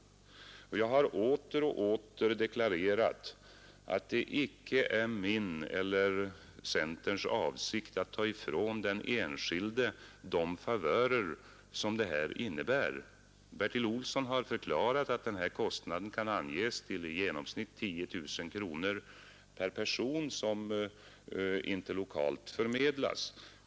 Jag har om och om igen deklarerat att det icke är min eller centerns avsikt att ta ifrån den enskilde de favörer som detta innebär. Generaldirektör Bertil Olsson har förklarat att kostnaden kan anges till i genomsnitt 10 000 kronor per person som inte lokalt förmedlas.